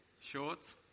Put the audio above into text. Shorts